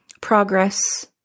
progress